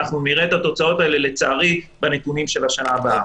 אנחנו נראה את התוצאות של זה בנתונים של השנה הבאה.